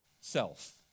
self